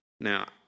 Now